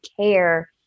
care